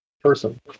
person